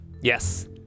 Yes